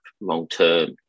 long-term